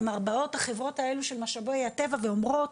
כלומר באות החברות האלה שמשאבי הטבע ואומרות,